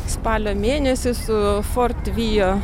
spalio mėnesį su fortvio